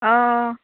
অঁ